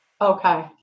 Okay